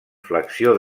flexió